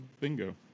Bingo